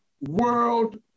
world